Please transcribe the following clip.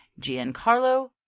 Giancarlo